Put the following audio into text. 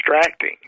distracting